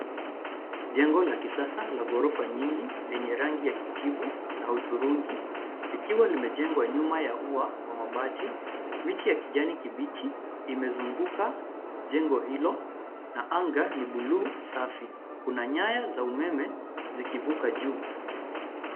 Jengo la kisasa, la ghorofa nyingi, lenye, rangi ya kijivu, na hudhurungi, likiwa limejengwa nyuma ya ua, wa mabati, miti ya kijani kibichi, imezunguka, jengo hilo, na anga, ni bluu safi, kuna nyaya za umeme, zikivuka juu.